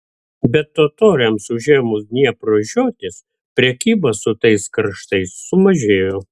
bet totoriams užėmus dniepro žiotis prekyba su tais kraštais sumažėjo